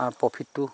তাৰ প্ৰফিটটো